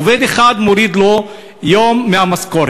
לעובד אחד הוא מוריד יום מהמשכורת.